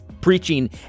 preaching